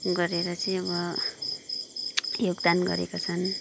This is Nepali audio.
गरेर चाहिँ अब योगदान गरेका छन्